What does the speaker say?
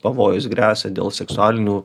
pavojus gresia dėl seksualinių